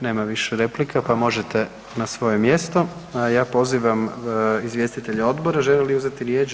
Nema više replika, pa možete na svoje mjesto a ja pozivam izvjestitelje odbora žele li uzeti riječ?